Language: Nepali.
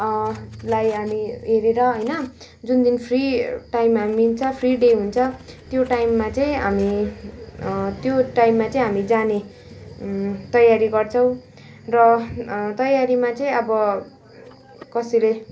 लाई हामी हेरेर होइन जुन दिन फ्रि टाइम मिल्छ हुन्छ फ्रि डे हुन्छ त्यो टाइममा चाहिँ हामी त्यो टाइममा चाहिँ हामी जाने तयारी गर्छौँ र तयारीमा चाहिँ अब कसैले